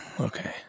Okay